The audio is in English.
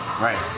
Right